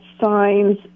signs